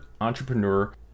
Entrepreneur